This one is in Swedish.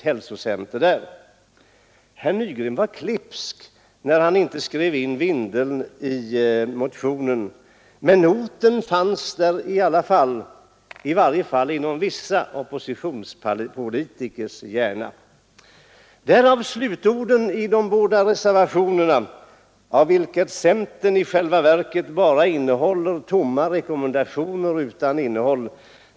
Herr Nygren var klipsk när han inte skrev in Vindeln i motionen, men orten fanns där ändå, i varje fall i vissa oppositionspolitikers hjärna. Därav slutorden i de båda reservationerna, av vilka centerns i själva verket bara utgör en tom rekommendation utan innehåll.